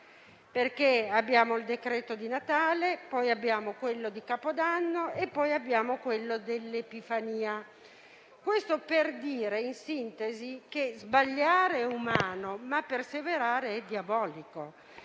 infatti il decreto di Natale, poi quello di Capodanno e poi quello dell'Epifania. Questo per dire, in sintesi, che sbagliare è umano, ma perseverare è diabolico.